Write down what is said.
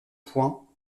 points